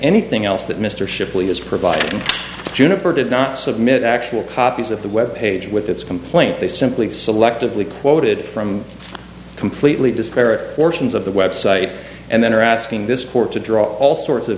anything else that mr shipley has provided juniper did not submit actual copies of the web page with its complaint they simply selectively quoted from completely discredited portions of the website and then are asking this court to draw all sorts of